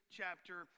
chapter